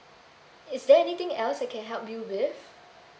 is there anything else I can help you with